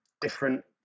different